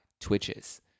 twitches